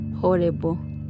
Horrible